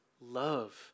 love